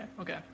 okay